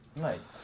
Nice